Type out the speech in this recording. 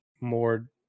more